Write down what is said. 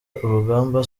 urugamba